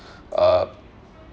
uh